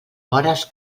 hores